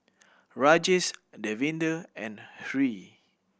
Rajesh Davinder and Hri